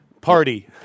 party